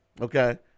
Okay